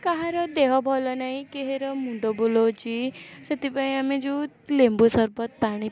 କାହାର ଦେହ ଭଲ ନାହିଁ କେହିର ମୁଣ୍ଡ ବୁଲଉଛି ସେଥିପାଇଁ ଆମେ ଯେଉଁ ଲେମ୍ବୁ ସର୍ବତ ପାଣି